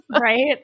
Right